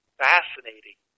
fascinating